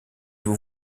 vous